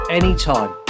anytime